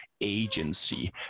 agency